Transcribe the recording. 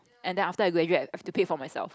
and then after I graduate I have to pay for myself